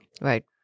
Right